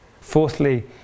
Fourthly